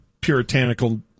puritanical